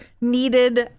needed